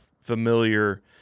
familiar